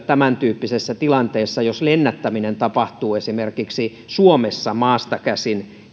tämäntyyppisessä tilanteessa jos lennättäminen tapahtuu esimerkiksi suomessa maasta käsin